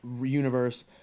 universe